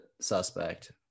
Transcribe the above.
suspect